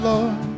Lord